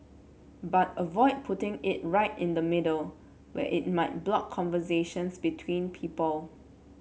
but avoid putting it right in the middle where it might block conversations between people